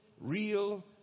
real